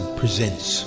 presents